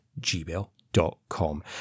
gmail.com